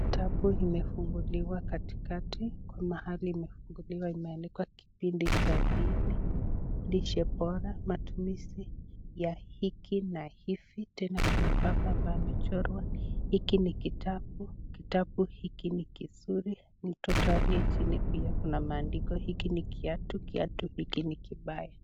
Kitabu limefunguliwa katikaki, mahali imefunguliwa kumeandikwa kipindi cha pili, lishe bora , matumizi ya hiki na hivi. Tena kuna baba ambaye amechorwa, Hiki ni kitabu, kitabu hiki ni kizuri. Na hapo chini kuna mtoto amechora na pia kumeandikwa, hiki ni kiatu, kiatu hiki ni kibaya.